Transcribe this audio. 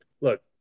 look